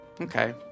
Okay